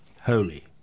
Holy